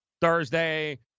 Thursday